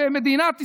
במדינת ישראל.